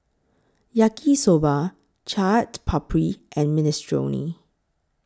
Yaki Soba Chaat Papri and Minestrone